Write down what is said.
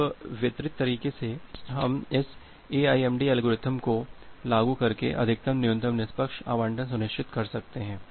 अब वितरित तरीके से हम इस AIMD एल्गोरिथ्म को लागू करके अधिकतम न्यूनतम निष्पक्ष आवंटन सुनिश्चित कर सकते हैं